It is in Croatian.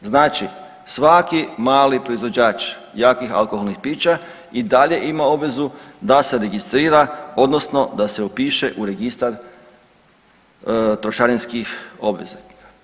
Znači svaki mali proizvođač jakih alkoholnih pića i dalje ima obvezu da se registrira odnosno da se upiše u registar trošarinskih obveznika.